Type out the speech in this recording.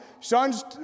sons